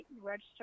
register